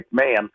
McMahon